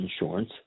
insurance